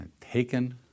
taken